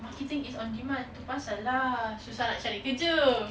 marketing is on demand tu pasal lah susah nak cari kerja